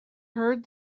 heard